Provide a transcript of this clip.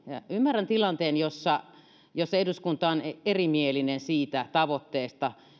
ymmärrän että tilanteessa jossa eduskunta on erimielinen tavoitteesta